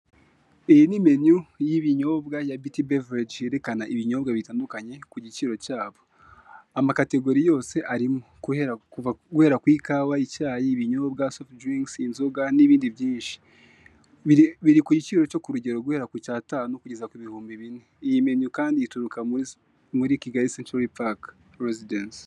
Iyi ni meniyu y'ibinyobwa ya biti beveleji yerekana ibinyobwa bitandukanye ku giciro cyabo, amakategori yose arimo guhera ku ikawa, icyayi, ibinyobwa sofuti dirinkisi, inzoga n'ibindi byinshi, biri ku giciro cyo ku rugero guhera ku cyatanu kugeza ku bihumbi bine iyi menuyu kandi ituruka muri Kigali sentiri pake rezidensi.